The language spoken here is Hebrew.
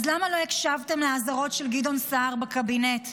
אז למה לא הקשבת לאזהרות של גדעון סער בקבינט?